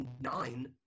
nine